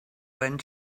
when